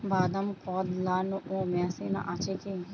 বাদাম কদলানো মেশিন আছেকি?